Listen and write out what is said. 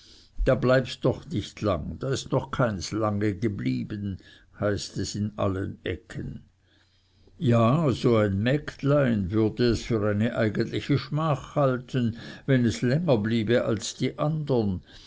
da bleibst doch nicht lang da ist noch keins lange geblieben heißt es in allen ecken ja so ein mägdlein würde es für eine eigentliche schmach halten wenn es länger bliebe als die andern